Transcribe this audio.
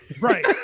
Right